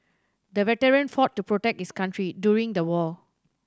the veteran fought to protect his country during the war